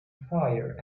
fire